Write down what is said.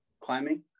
climbing